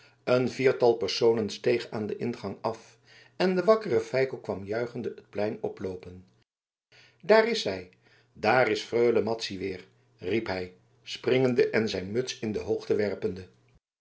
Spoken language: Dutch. een viertal personen steeg aan den ingang af en de wakkere feiko kwam juichende het plein oploopen daar is zij daar is freule madzy weer riep hij springende en zijn muts in de